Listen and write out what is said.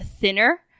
thinner